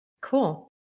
Cool